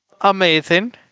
amazing